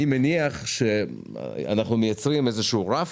אנחנו מייצרים איזה שהוא רף,